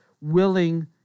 willing